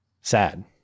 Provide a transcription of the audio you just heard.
Sad